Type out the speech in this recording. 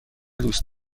دوست